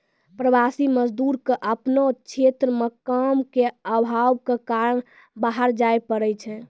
प्रवासी मजदूर क आपनो क्षेत्र म काम के आभाव कॅ कारन बाहर जाय पड़ै छै